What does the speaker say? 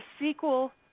sequel